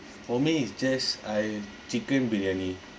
for me is just I chicken briyani